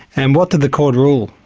and what did the court rule?